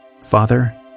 Father